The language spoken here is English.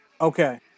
Okay